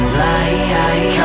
light